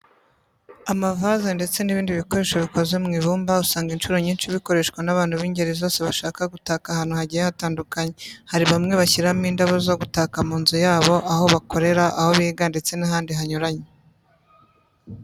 Amavaze ndetse n'ibindi bikoresho bikoze mu ibumba usanga incuro nyinshi bikoreshwa n'abantu b'ingeri zose bashaka gutaka ahantu hagiye hatandukanye. Hari bamwe bashyiramo indabo zo gutaka mu mazu yabo, aho bakorera, aho biga ndetse n'ahandi hanyuranye.